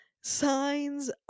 signs